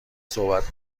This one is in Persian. صحبت